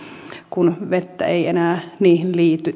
kun vettä ei enää niihin